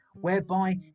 Whereby